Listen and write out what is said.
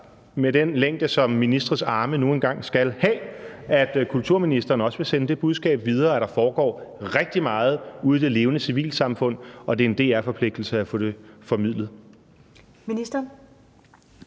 med den længde som en ministers arme nu engang skal have, at kulturministeren også vil sende det budskab videre, at der foregår rigtig meget ude i det levende civilsamfund, og at det er en DR-forpligtelse at få det formidlet.